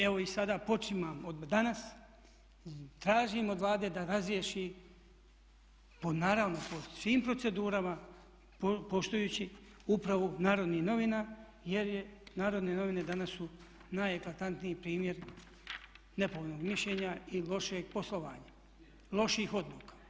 Evo i sada počimam od danas tražim od Vlade da razriješi po naravno po svim procedurama poštujući upravu Narodnih novina, jer je, Narodne novine danas su najeklatantniji primjer nepovoljnog mišljenja i lošeg poslovanja, loših odluka.